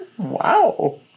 Wow